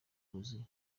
bwuzuye